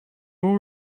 will